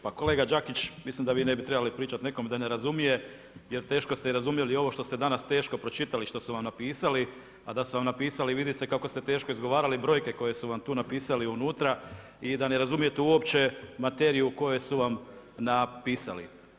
Pa kolega Đakić, mislim vi ne bi trebali pričati nekome da ne razumije jer teško ste i razumjeli ovo što ste danas teško pročitali, što su vam napisali, a da su vam napisali vidi se kako ste teško izgovarali brojke koje su vam tu napisali unutra i da ne razumijete uopće materiju koju su vam napisali.